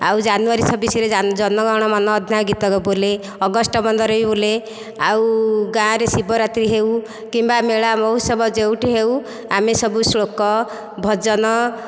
ଆଉ ଜାନୁଆରୀ ଛବିଶରେ ଜନଗଣ ମନ ଅଧିନାୟକ ଗୀତ ବୋଲେ ଅଗଷ୍ଟ ପନ୍ଦରରେ ବି ବୋଲେ ଆଉ ଗାଁରେ ଶିବରାତ୍ରି ହେଉ କିମ୍ବା ମେଳା ମହୋତ୍ସବ ଯେଉଁଠି ହେଉ ଆମେ ସବୁ ଶ୍ଳୋକ ଭଜନ